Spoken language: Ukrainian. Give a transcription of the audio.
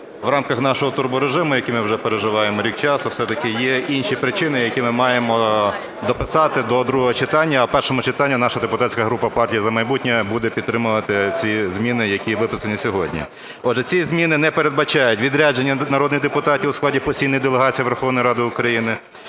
в рамках нашого турборежиму, який ми вже переживаємо рік часу, все-таки є інші причини, які ми маємо дописати до другого читання. А в першому читання наша депутатська група "Партії "За майбутнє" буде підтримувати ці зміни, які виписані сьогодні. Отже, ці зміни не передбачають відрядження народних депутатів у складі постійних делегацій Верховної Ради України